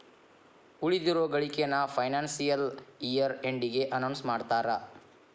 ಉಳಿದಿರೋ ಗಳಿಕೆನ financial year ಎಂಡಿಗೆ ಅನೌನ್ಸ್ ಮಾಡ್ತಾರಾ